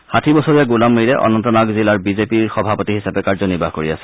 ষাঠি বছৰীয়া গুলাম মীৰে অনন্তনাগ জিলাৰ বিজেপিৰ জিলা সভাপতি হিচাপে কাৰ্যনিৰ্বাহ কৰি আছিল